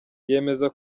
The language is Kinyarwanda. yemeza